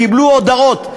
קיבלו הודעות.